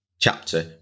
chapter